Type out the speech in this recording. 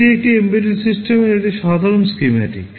এটি একটি এম্বেডেড সিস্টেমের একটি সাধারণ স্কিম্যাটিক